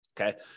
Okay